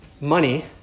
money